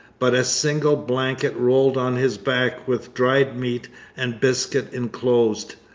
but a single blanket rolled on his back with dried meat and biscuit enclosed.